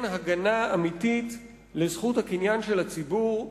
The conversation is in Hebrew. הגנה אמיתית לזכות הקניין של הציבור,